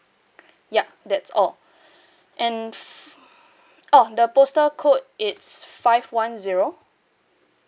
yup that's all and oh the postal code it's five one zero